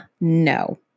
No